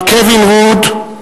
מר קווין רוד,